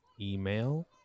Email